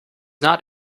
not